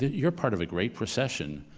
you're part of a great procession.